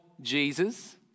Jesus